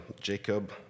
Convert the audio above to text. Jacob